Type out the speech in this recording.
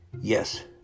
Yes